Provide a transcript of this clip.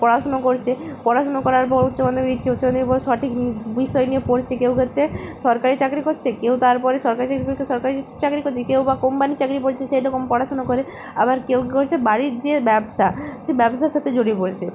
পড়াশুনো করছে পড়াশুনো করার পর উচ্চমাধ্যমিক দিচ্ছে উচ্চমাধ্যমিক পর সঠিক বিষয় নিয়ে পড়ছে কেউ ক্ষেত্রে সরকারি চাকরি করছে কেউ তারপরে সরকারি চাকরিগুলিতে সরকারি চাকরি করছে কেউ বা কোম্পানির চাকরি করছে সেরকম পড়াশোনা করে আবার কেউ কী করছে বাড়ির যে ব্যবসা সেই ব্যবসার সাথে জড়িয়ে পড়ছে